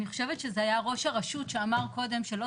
אני חושבת שזה היה ראש הרשות שאמר קודם שלא